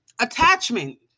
attachment